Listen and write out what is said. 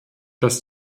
dass